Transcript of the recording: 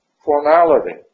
formality